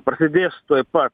prasidės tuoj pat